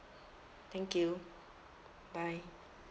thank you bye